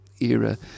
era